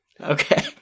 Okay